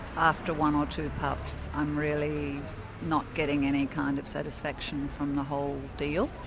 after one or two puffs i'm really not getting any kind of satisfaction from the whole deal,